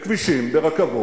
בקצה היבשת הזאת,